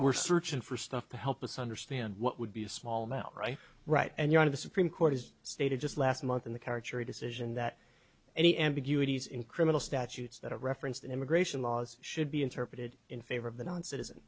we're searching for stuff to help us understand what would be a small amount right right and you're in the supreme court has stated just last month in the character decision that any ambiguity is in criminal statutes that a reference to immigration laws should be interpreted in favor of the non citizen